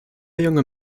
junge